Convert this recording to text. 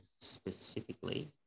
specifically